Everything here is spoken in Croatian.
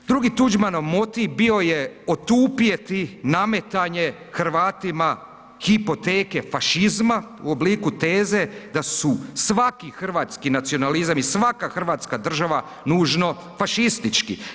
Drugi Tuđmanov motiv bio je otupjeti nametanje Hrvatima hipoteke fašizma u obliku teze da su hrvatski nacionalizam i svaka Hrvatska država nužno fašistički.